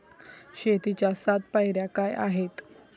शेतीच्या सात पायऱ्या काय आहेत?